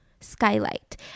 skylight